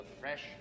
fresh